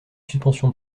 suspension